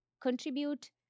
contribute